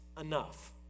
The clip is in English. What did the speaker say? enough